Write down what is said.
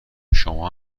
شما